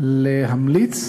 חייבת